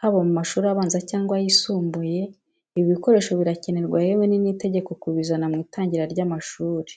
Haba mu mashuri abanza cyangwa yisumbuye, ibi bikoresho birakenerwa yewe ni n'itegeko kubizana mu itangira ry'amashuri